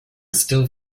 still